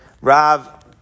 Rav